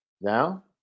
Now